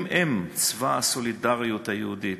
הם-הם צבא הסולידריות היהודית.